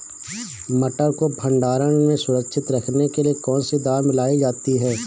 मटर को भंडारण में सुरक्षित रखने के लिए कौन सी दवा मिलाई जाती है?